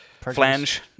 Flange